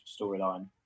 storyline